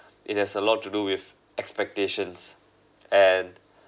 it has a lot to do with expectation and